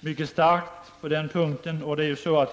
mycket starkt på den punkten.